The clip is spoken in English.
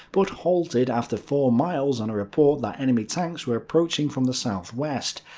but halted after four miles on a report that enemy tanks were approaching from the south-west.